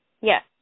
Yes